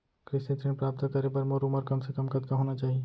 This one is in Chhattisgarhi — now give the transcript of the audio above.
कृषि ऋण प्राप्त करे बर मोर उमर कम से कम कतका होना चाहि?